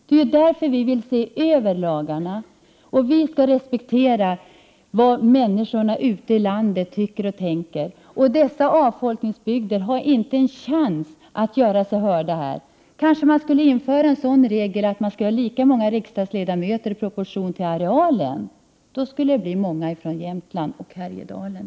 Det är därför miljöpartiet vill se över lagarna och respektera vad människorna ute i landet tycker och tänker. Dessa avfolkningsbygder har inte en chans att göra sig hörda här. Kanske vi borde införa regeln att antalet riksdagsledamöter stod i proportion till arealen. Då skulle det bli många från Jämtland och Härjedalen.